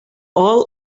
all